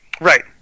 Right